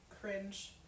cringe